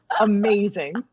amazing